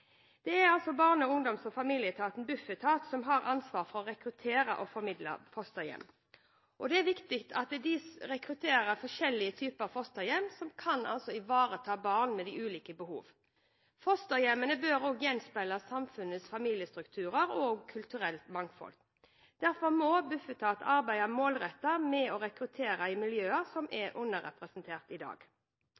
familieetaten, Bufetat, som har ansvaret for å rekruttere og formidle fosterhjem. Det er viktig at de rekrutterer forskjellige typer fosterhjem som kan ivareta barn med ulike behov. Fosterhjemmene bør også gjenspeile samfunnets familiestrukturer og kulturelle mangfold. Derfor må Bufetat arbeide målrettet med å rekruttere i miljøer som er